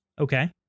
Okay